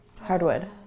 Hardwood